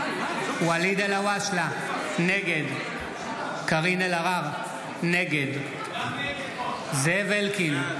נגד קארין אלהרר, נגד זאב אלקין,